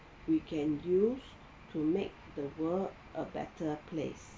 you can use to make the world a better place